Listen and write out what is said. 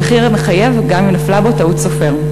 המחיר מחייב גם אם נפלה בו טעות סופר.